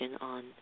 on